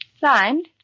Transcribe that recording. Signed